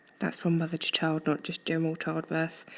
that's from mother to child, not just general childbirth.